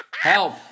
Help